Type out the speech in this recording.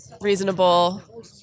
reasonable